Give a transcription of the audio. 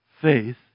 faith